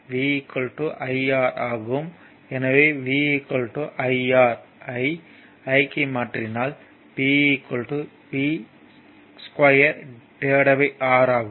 எனவே V IR ஐ I க்கு மாற்றினால் P V2R ஆகும்